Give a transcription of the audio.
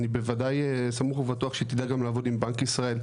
אני בוודאי סמוך ובטוח שהיא תדע לעבוד גם עם בנק ישראל,